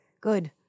Good